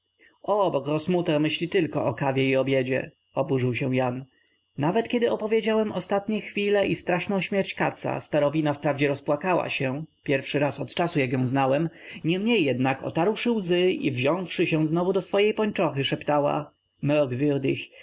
o bo grossmutter myśli tylko o kawie i o obiedzie oburzył się jan nawet kiedy opowiedziałem ostatnie chwile i straszną śmierć katza starowina wprawdzie rozpłakała się pierwszy raz od czasu jak ją znałem nie mniej jednak otarłszy łzy i wziąwszy się znowu do swej pończochy szeptała